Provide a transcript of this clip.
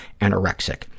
anorexic